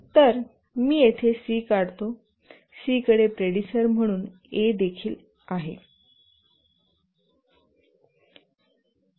तर मी येथे सी काढू सीकडे प्रेडिसर म्हणून ए देखील आहे